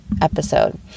episode